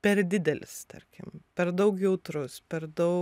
per didelis tarkim per daug jautrus per daug